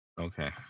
Okay